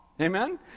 Amen